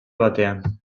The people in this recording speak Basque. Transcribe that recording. batean